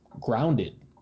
grounded